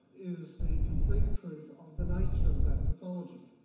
is the complete proof of the nature of that pathology.